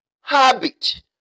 habit